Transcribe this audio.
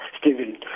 Stephen